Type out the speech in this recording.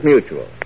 Mutual